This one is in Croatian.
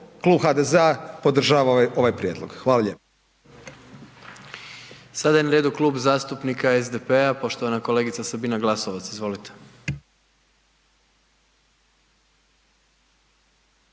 klub HDZ-a podržava ovaj prijedlog. Hvala lijepa.